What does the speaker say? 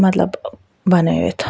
مطلب بنٲیِتھ